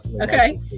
okay